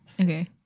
Okay